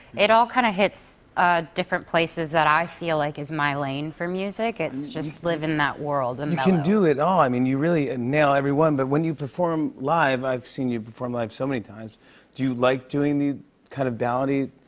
it all kind of hits different places that i feel like is my lane for music. it's just live in that world and mellow. you can do it all. i mean, you really ah nail every one. but when you perform live i've seen you perform live so many times do you like doing the kind of ballady,